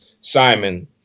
Simon